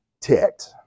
ticked